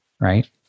right